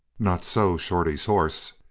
not so shorty's horse.